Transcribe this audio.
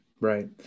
Right